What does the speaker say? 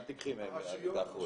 אל תיקחי מהם את האחריות.